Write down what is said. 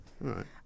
right